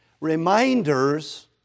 reminders